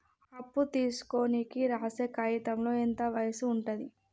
అప్పు తీసుకోనికి రాసే కాయితంలో ఎంత వయసు ఉంటది?